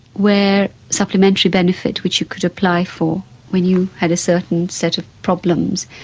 where supplementary benefit which you could apply for when you had a certain set of problems,